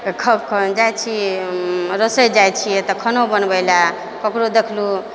ख ख जाइ छी रसोइ जाइ छियै तऽ खानो बनबै लए ककरो देखलहुँ